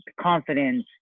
confidence